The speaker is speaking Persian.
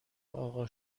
اقا